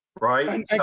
right